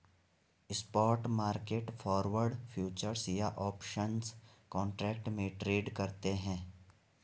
spot market forward, futures या options contract में trade करते हैं